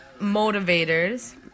motivators